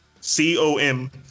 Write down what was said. C-O-M